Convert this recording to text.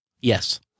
Yes